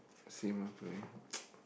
same lor ya